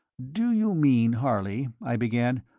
do you mean, harley, i began,